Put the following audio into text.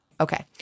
Okay